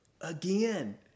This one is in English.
again